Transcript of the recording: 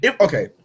Okay